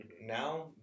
Now